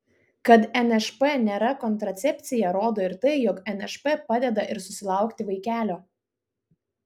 kad nšp nėra kontracepcija rodo ir tai jog nšp padeda ir susilaukti vaikelio